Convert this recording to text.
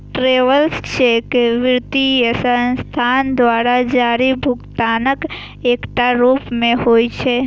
travellers cheque वित्तीय संस्थान द्वारा जारी भुगतानक एकटा रूप होइ छै